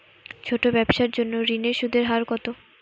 ছোট ব্যবসার জন্য ঋণের সুদের হার কত?